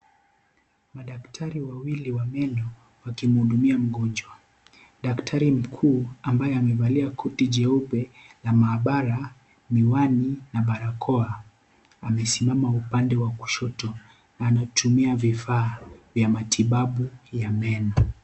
Madaktari wawili wa meno, wakimhudumia mgonjwa. Daktari mkuu, ambaye amevalia koti jeupe la maabara, miwani na barakoa amesimama upande wa kushoto na anatumia vifaa vya matibabu ya meno.